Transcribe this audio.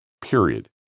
period